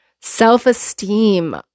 Self-esteem